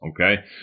Okay